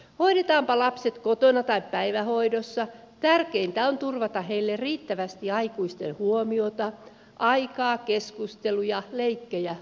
hoidetaanpa lapset kotona tai päivähoidossa tärkeintä on turvata heille riittävästi aikuisten huomiota aikaa keskusteluja leikkejä kohtaamista